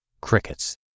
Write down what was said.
crickets